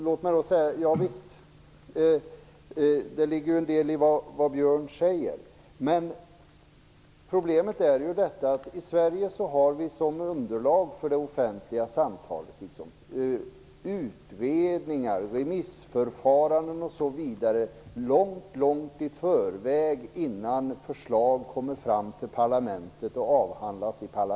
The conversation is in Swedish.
Det ligger visst en del i det som Björn von Sydow säger, men problemet är att vi i Sverige som underlag för det offentliga samtalet har utredningar, remissförfaranden osv. långt innan förslag kommer fram till parlamentet och behandlas där.